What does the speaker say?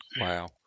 Wow